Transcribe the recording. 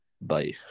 Bye